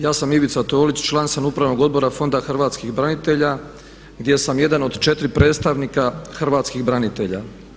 Ja sam Ivica Tolić, član sam Upravnog odbora Fonda hrvatskih branitelja gdje sam jedan od četiri predstavnika hrvatskih branitelja.